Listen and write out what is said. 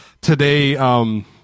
today